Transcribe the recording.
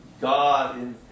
God